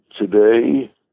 Today